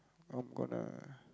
I'm gonna